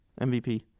MVP